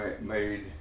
made